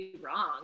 wrong